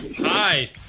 Hi